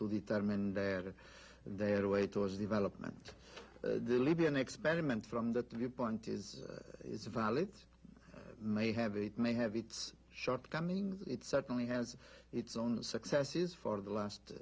to determine their their way towards development the libyan experiment from that viewpoint is valid may have it may have its shortcomings it certainly has its own successes for the last